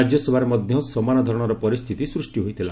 ରାଜ୍ୟସଭାରେ ମଧ୍ୟ ସମାନ ଧରଣର ପରିସ୍ଥିତି ସ୍ପଷ୍ଟି ହୋଇଥିଲା